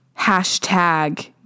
hashtag